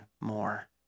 more